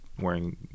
wearing